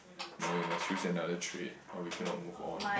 no you must choose another trait or we cannot move on